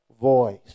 Voice